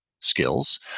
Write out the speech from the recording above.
skills